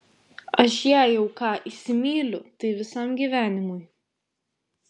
aš jei jau ką įsimyliu tai visam gyvenimui